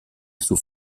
sous